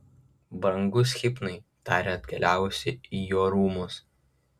brangus hipnai tarė atkeliavusi į jo rūmus